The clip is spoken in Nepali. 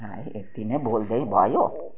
आह है यत्ति नै बोलिदिएँ है भयो